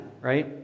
right